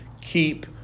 keep